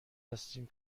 هستیم